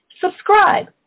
Subscribe